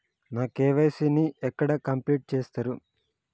నా కే.వై.సీ ని ఎక్కడ కంప్లీట్ చేస్తరు?